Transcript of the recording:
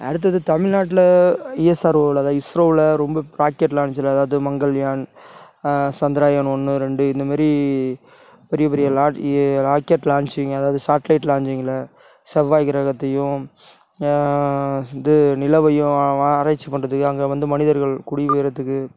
அடுத்தது தமிழ்நாட்டில் ஐஎஸ்ஆர்ஒவில் அதாவது இஸ்ரோவில் ரொம்ப ராக்கெட்லாம் லாஞ்ச்சில் அதாவது மங்கள்யான் சந்திராயன் ஒன்று ரெண்டு இந்தமாரி பெரியப்பெரிய ராக்கெட் லாஞ்ச்சிங் அதாவது சாட்லைட் லாஞ்ச்சிங்கில் செவ்வாய் கிரகத்தையும் அது நிலவையும் ஆராய்ச்சி பண்ணுறதுக்கு அங்கே வந்து மனிதர்கள் குடியேறத்துக்கு